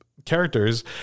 characters